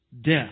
death